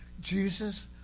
Jesus